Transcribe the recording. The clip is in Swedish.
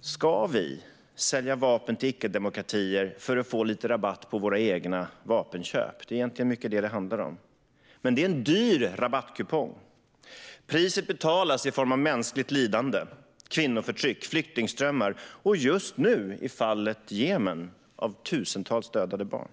Ska vi sälja vapen till icke-demokratier för att få lite rabatt på våra egna vapenköp? I mycket handlar det hela egentligen om detta. Men det blir en dyr rabattkupong. Priset betalas i form av mänskligt lidande, kvinnoförtryck och flyktingströmmar och just nu också, i fallet Jemen, av tusentals dödade barn.